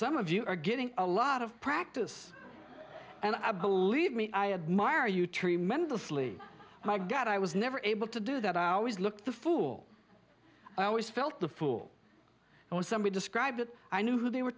some of you are getting a lot of practice and i believe me i admire you tremendously and i guess i was never able to do that i always look the fool i always felt the fool i was somebody described it i knew who they were